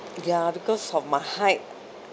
ya because of my height